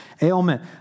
ailment